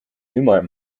humor